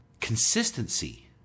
consistency